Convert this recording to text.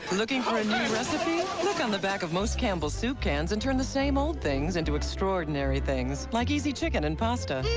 looking for a new recipe? look on the back of most campbell's soup cans and turn the same old things into extraordinary things. like easy chicken and pasta.